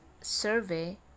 survey